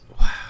Wow